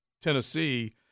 Tennessee